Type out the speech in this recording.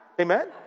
Amen